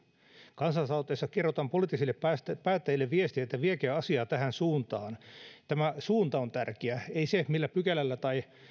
kansalaisaloitteessa kerrotaan poliittisille päättäjille viesti että viekää asiaa tähän suuntaan suunta on tärkeä ei se millä pykälällä tai